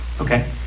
Okay